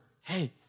hey